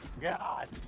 God